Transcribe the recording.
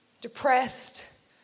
depressed